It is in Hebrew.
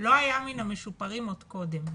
לא היה מן המשופרים עוד קודם.